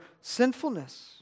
sinfulness